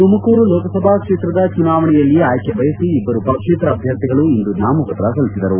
ತುಮಕೂರು ಲೋಕಸಭಾ ಕ್ಷೇತ್ರದ ಚುನಾವಣೆಯಲ್ಲಿ ಆಯ್ಕೆ ಬಯಸಿ ಇಬ್ಬರು ಪಕ್ಷೇತರ ಅಭ್ಯರ್ಥಿಗಳು ಇಂದು ನಾಮಪತ್ರ ಸಲ್ಲಿಸಿದರು